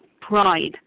pride